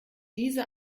diese